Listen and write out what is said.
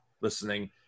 listening